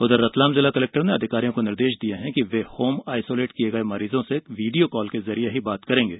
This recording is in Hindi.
उधर रतलाम जिला कलेक्टर ने अधिकारियों को निर्देश दिये हैं कि वे होम आइसोलेट किये गये मरीजों के वीड़ियों काल के जरिए बात करेंगे